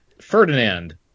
Ferdinand